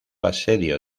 asedio